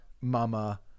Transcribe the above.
Mama